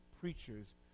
preachers